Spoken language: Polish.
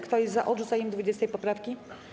Kto jest za odrzuceniem 20. poprawki?